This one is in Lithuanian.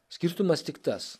skirtumas tik tas